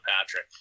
Patrick